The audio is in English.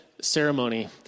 ceremony